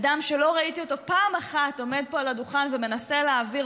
אדם שלא ראיתי אותו פעם אחת עומד פה על הדוכן ומנסה להעביר